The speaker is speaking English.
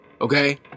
Okay